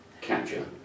capture